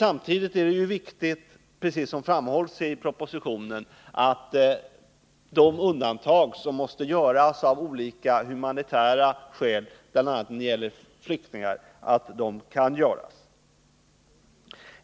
Samtidigt är det viktigt — precis som man framhåller i propositionen — att de undantag som måste göras av olika humanitära skäl, bl.a. när det gäller flyktingar, verkligen kan göras.